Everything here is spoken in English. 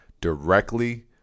directly